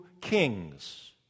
kings